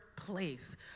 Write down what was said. place